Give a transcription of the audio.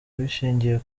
bishingiye